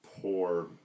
poor